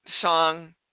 song